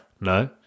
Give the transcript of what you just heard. No